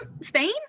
Spain